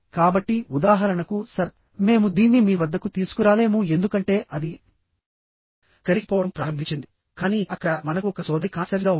కాబట్టిఉదాహరణకు sir మేము దీన్ని మీ వద్దకు తీసుకురాలేము ఎందుకంటే అది కరిగిపోవడం ప్రారంభించిందికానీ అక్కడ మనకు ఒక సోదరి కాన్సెర్న్ గా ఉంది